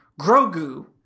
Grogu